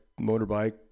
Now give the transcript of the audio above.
motorbike